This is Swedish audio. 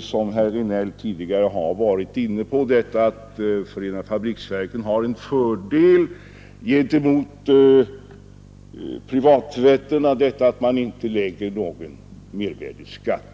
som herr Regnéll tidigare var inne på, nämligen att förenade fabriksverken har en fördel gentemot privattvätterierna — de debiteras inte någon mervärdeskatt.